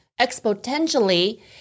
exponentially